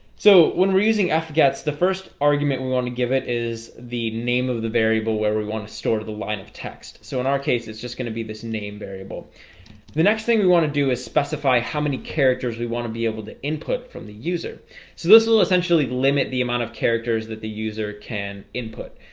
so when we're using a forgets the first argument we want to give it is the name of the variable where we want to store to the line of text so in our case, it's just gonna be this name variable the next thing we want to do is specify how many characters we want to be able to input from the user so this will essentially limit the amount of characters that the user can input